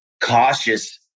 cautious